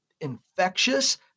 infectious